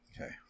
Okay